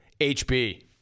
HB